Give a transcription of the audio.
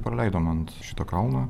praleidom ant šito kalno